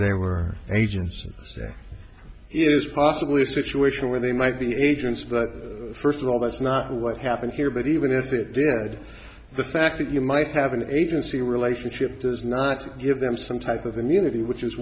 they were agents say is possibly a situation where they might be agents but first of all that's not what happened here but even if it did the fact that you might have an agency relationship does not give them some type of immunity which is